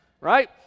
right